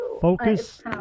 Focus